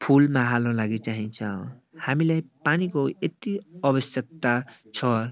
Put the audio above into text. फुलमा हाल्नु लागि चाहिन्छ हामीलाई पानीको यति आवश्यकता छ